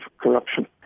corruption